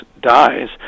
dies